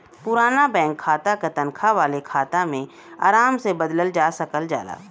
पुराना बैंक खाता क तनखा वाले खाता में आराम से बदलल जा सकल जाला